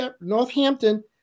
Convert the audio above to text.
Northampton